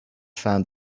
found